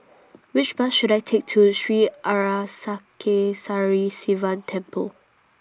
Which Bus should I Take to Sri Arasakesari Sivan Temple